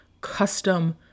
custom